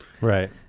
right